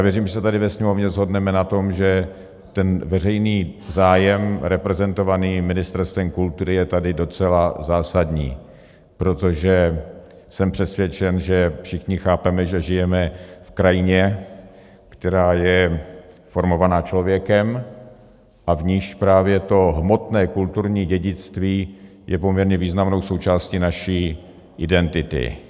Věřím, že se tady ve Sněmovně shodneme na tom, že veřejný zájem reprezentovaný Ministerstvem kultury je tady docela zásadní, protože jsem přesvědčen, že všichni chápeme, že všichni žijeme v krajině, která je formována člověkem a v níž právě to hmotné kulturní dědictví je poměrně významnou součástí naší identity.